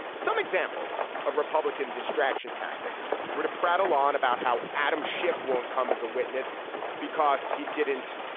some examples of republican distraction tactics were to prattle on about how adam schiff won't come as a witness because he didn't,